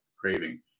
Craving